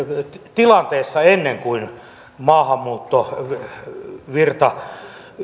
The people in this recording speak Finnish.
tilanteessa ennen kuin maahanmuuttovirta